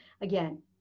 again